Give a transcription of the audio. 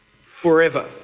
forever